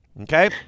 Okay